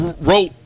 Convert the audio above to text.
wrote